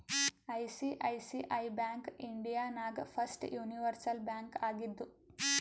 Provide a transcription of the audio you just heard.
ICICI bank India ನಾಗ್ first universal bank ಆಗಿದ್ದು